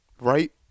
right